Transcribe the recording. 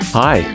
hi